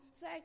say